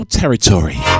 territory